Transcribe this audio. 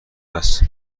است